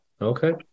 Okay